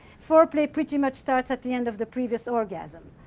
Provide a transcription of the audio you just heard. foreplay pretty much starts at the end of the previous orgasm.